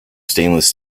stainless